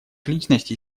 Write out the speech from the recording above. личностей